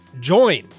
join